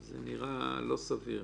זה נראה לא סביר.